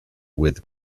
with